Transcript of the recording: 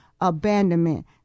abandonment